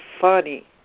funny